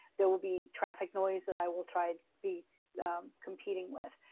there will be traffic noise that i will try to be competing with.